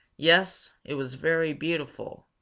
yes, it was very beautiful,